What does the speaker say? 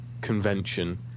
convention